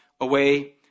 away